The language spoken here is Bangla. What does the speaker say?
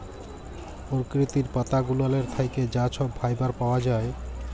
পরকিতির পাতা গুলালের থ্যাইকে যা ছব ফাইবার পাউয়া যায়